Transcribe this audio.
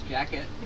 Jacket